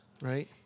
right